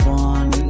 one